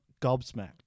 gobsmacked